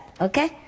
okay